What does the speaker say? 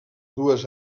dues